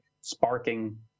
sparking